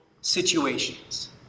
situations